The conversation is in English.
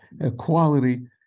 Equality